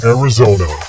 Arizona